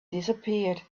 disappeared